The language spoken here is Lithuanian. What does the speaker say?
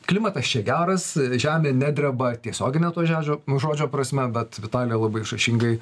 klimatas čia geras žemė nedreba tiesiogine to žedžio žodžio prasme bet vitalija labai išraiškingai